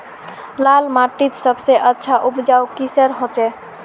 लाल माटित सबसे अच्छा उपजाऊ किसेर होचए?